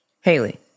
Haley